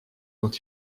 quand